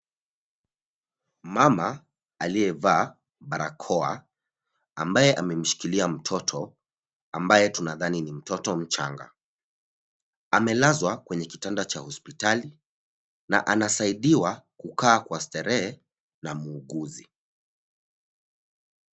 Mama aliyevaa barakoa ambaye amemshikilia mtoto ambaye tunadhani ni mtoto mchanga. Amelazwa kwenye kitanda cha hospitali na anasaidiwa kukaa kwa starehe na muuguzi.